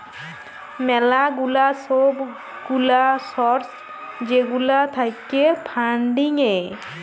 ম্যালা গুলা সব গুলা সর্স যেগুলা থাক্যে ফান্ডিং এ